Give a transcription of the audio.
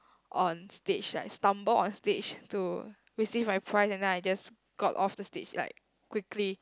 on stage like stumble on stage to receive my prize and then I just got off the stage like quickly